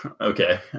Okay